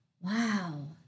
Wow